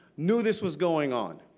knew this was going on.